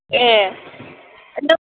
ए नों